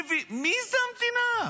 מי זה המדינה?